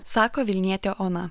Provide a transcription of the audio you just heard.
sako vilnietė ona